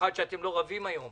במיוחד שאתם לא רבים היום.